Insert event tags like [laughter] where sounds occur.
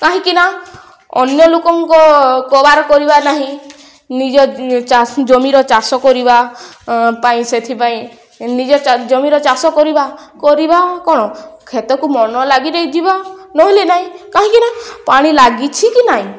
କାହିଁକି ନା ଅନ୍ୟ ଲୋକଙ୍କ [unintelligible] କରିବା ନାହିଁ ନିଜ ଜମିର ଚାଷ କରିବା ପାଇଁ ସେଥିପାଇଁ ନିଜ ଜମିର ଚାଷ କରିବା କରିବା କ'ଣ କ୍ଷେତକୁ ମନ ଲାଗିରେ ଯିବା ନହେଲେ ନାହିଁ କାହିଁକି ନା ପାଣି ଲାଗିଛି କି ନାଇଁ